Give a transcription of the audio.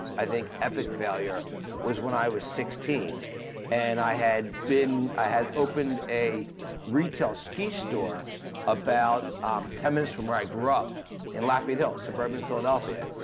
i think, epic failure was when i was sixteen and i had been, i had opened a retail ski store about ten minutes from where i grew up in lafayette hill, suburban philadelphia,